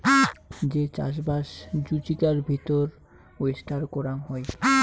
যে চাষবাস জুচিকার ভিতর ওয়েস্টার করাং হই